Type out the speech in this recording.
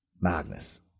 Magnus